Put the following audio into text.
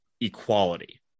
equality